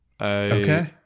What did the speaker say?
Okay